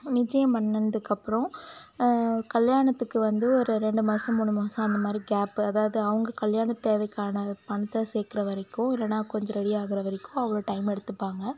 நிச்சியம் பண்ணுணதுக்கு அப்புறம் கல்யாணத்துக்கு வந்து ஒரு ரெண்டு மாதம் மூணு மாதம் அந்த மாதிரி கேப்பு அதாவது அவங்க கல்யாணத் தேவைக்கான பணத்தை சேர்க்குற வரைக்கும் இல்லைனா கொஞ்சம் ரெடியாகிற வரைக்கும் அவ்வளோ டைம் எடுத்துப்பாங்க